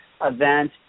event